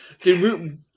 Dude